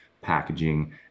packaging